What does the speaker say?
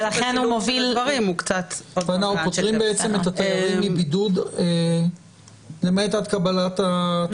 ולכן הוא מוביל --- פוטרים את התיירים מבידוד למעט עד קבלת התוצאה.